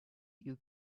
you